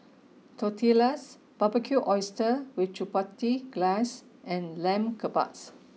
tortillas Barbecued Oysters with Chipotle Glaze and Lamb Kebabs